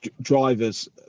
drivers